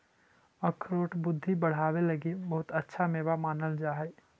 अखरोट बुद्धि बढ़ावे लगी बहुत अच्छा मेवा मानल जा हई